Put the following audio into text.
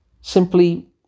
...simply